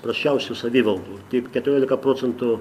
prasčiausių savivaldų taip keturiolika procentų